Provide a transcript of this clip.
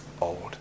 old